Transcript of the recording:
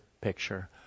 picture